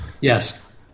Yes